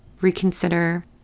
reconsider